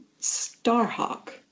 Starhawk